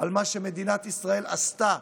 על מה שמדינת ישראל עשתה